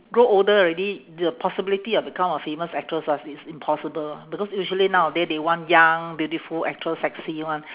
grow older already the possibility of become a famous actress ah it's impossible because usually nowaday they want young beautiful actress sexy one